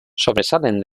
sobresalen